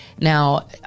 Now